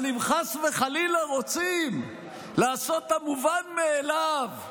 אבל אם חס וחלילה רוצים לעשות את המובן מאליו,